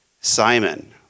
Simon